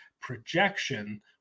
projection